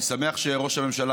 אני שמח שראש הממשלה,